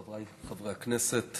חבריי חברי הכנסת,